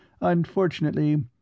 Unfortunately